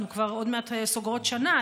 אנחנו כבר עוד מעט סוגרות שנה,